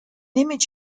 image